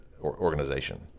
organization